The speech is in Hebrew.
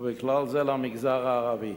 ובכלל זה למגזר הערבי.